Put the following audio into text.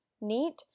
neat